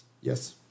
Yes